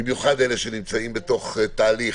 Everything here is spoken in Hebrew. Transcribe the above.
במיוחד אלה שנמצאים בתהליך